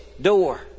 door